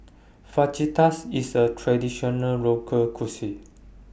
Fajitas IS A Traditional Local Cuisine